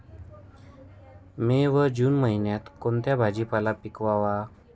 मे व जून महिन्यात कोणता भाजीपाला पिकवावा?